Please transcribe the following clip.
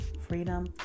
freedom